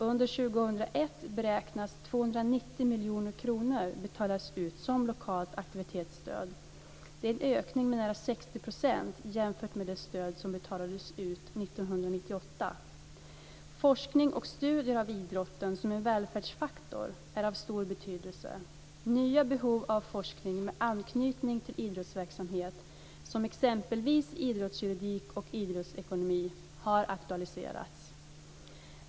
Under 2001 beräknas 290 Det är en ökning med nära 60 % jämfört med det stöd som betalades ut 1998. Forskning och studier av idrotten som en välfärdsfaktor är av stor betydelse. Nya behov av forskning med anknytning till idrottsverksamhet, som exempelvis idrottsjuridik och idrottsekonomi, har aktualiserats.